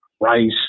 rice